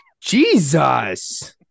Jesus